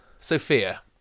Sophia